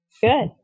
Good